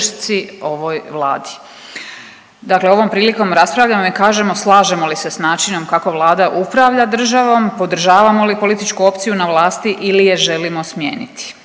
ovoj Vladi. Dakle, ovom prilikom raspravljamo i kažemo slažemo li se sa načinom kako Vlada upravlja državom, podržavamo li političku opciju na vlasti ili je želimo smijeniti.